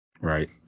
Right